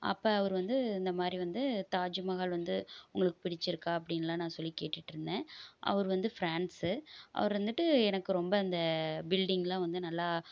அப்போ அவர் வந்து இந்த மாதிரி வந்து தாஜ்மஹால் வந்து உங்களுக்கு பிடிச்சுருக்கா அப்படின்லாம் நான் சொல்லி கேட்டுகிட்ருந்தேன் அவர் வந்து ஃப்ரான்ஸு அவர் வந்துட்டு எனக்கு ரொம்ப அந்த பில்டிங்கெலாம் வந்து நல்லா